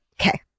Okay